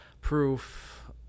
proof